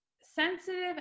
sensitive